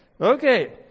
Okay